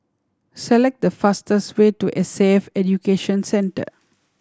select the fastest way to S A F Education Center